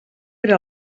era